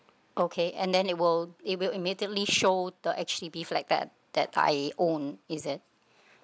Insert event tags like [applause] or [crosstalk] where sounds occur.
okay and then it will it will immediately show the H_D_B flat that that I owned is it [breath]